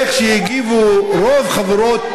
איך שהגיבו אתמול רוב חברות